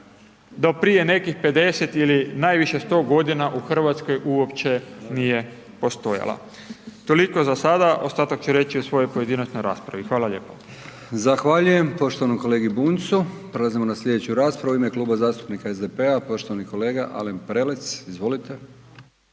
do prije nekih 50 ili najviše 100 g. u Hrvatskoj, uopće nije postojala. Toliko za sada, ostatak ću reći u svojoj pojedinačnoj raspravi. Hvala lijepo. **Brkić, Milijan (HDZ)** Zahvaljujem poštovanom kolegi Bunjcu, prelazimo na sljedeću raspravu, u ime Kluba zastupnika SDP-a, poštovani kolega Alen Prelec, izvolite.